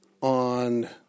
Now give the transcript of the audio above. on